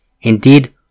Indeed